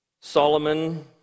Solomon